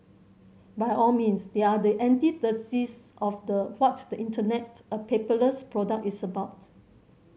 by all means they are the antithesis of the what the Internet a paperless product is about